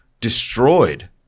destroyed